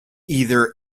either